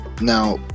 Now